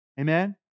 Amen